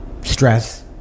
stress